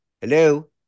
Hello